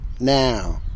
now